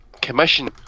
commission